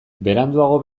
beranduago